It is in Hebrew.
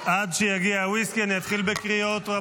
תביא את הוויסקי.